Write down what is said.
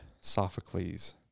Sophocles